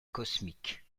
cosmique